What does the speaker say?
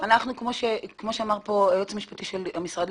כמו שאמר פה היועץ המשפטי של הבט"פ,